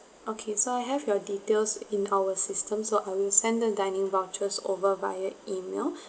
okay so I have your details in our system so I will send the dining vouchers over via email